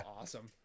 awesome